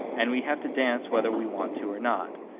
and we have to dance whether we want to or not,